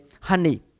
honey